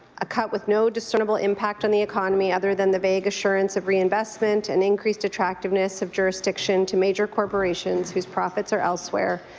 a cut with no discernible impact on the economy other than the vague reassurance of re-investment and increased attractiveness of jurisdiction to major corporations whose profits are elsewhere,